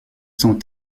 sont